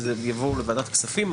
וזה יעבור לוועדת הכספים,